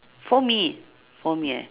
for me for me ah